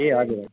ए हजुर